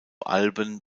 alben